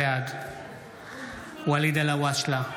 בעד ואליד אלהואשלה,